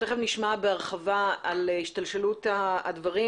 תיכף נשמע בהרחבה על השתלשלות הדברים,